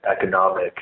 economic